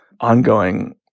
ongoing